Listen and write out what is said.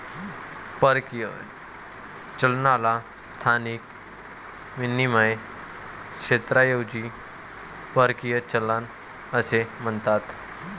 परकीय चलनाला स्थानिक विनिमय क्षेत्राऐवजी परकीय चलन असे म्हणतात